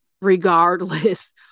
regardless